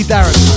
Darren